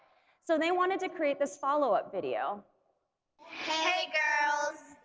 so they wanted to create this follow-up video hey girls,